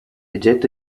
oggetto